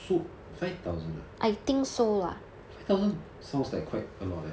so five thousand ah five thousand sounds like quite a lot leh